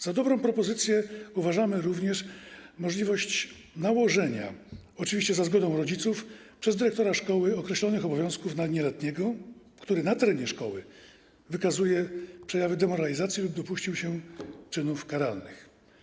Za dobrą propozycję uważamy również możliwość nałożenia, oczywiście za zgodą rodziców, przez dyrektora szkoły określonych obowiązków na nieletniego, który na terenie szkoły wykazuje przejawy demoralizacji lub dopuścił się czynów karalnych.